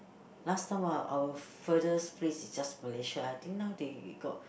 last time our our furthest places is just Malaysia I think now they got